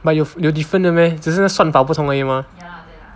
but 有有 different 的 meh 只是算法不同而已 mah